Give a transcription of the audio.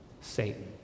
Satan